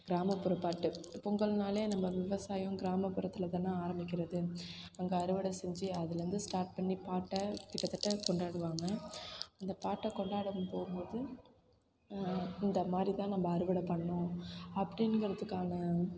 கிராமப்புறப்பாட்டு பொங்கல்னால் நம்ம விவசாயம் கிராமப்புறத்தில் தான் ஆரம்மிக்கிறது அங்கே அறுவடை செஞ்சு அதுலேருந்து ஸ்டார்ட் பண்ணி பாட்டை கிட்டத்தட்ட கொண்டாடுவாங்க அந்த பாட்டை கொண்டாட போகும்போது இந்த மாதிரி தான் நம்ம அறுவடை பண்ணணும் அப்படின்கிறதுக்கான